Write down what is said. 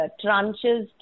tranches